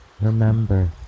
Remember